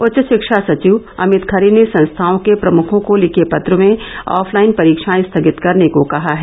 उच्च शिक्षा सचिव अमित खरे ने संस्थाओं के प्रमुखों को लिखे पत्र में ऑफलाइन परीक्षाएं स्थगित करने को कहा है